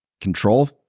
control